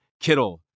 Kittle